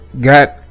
got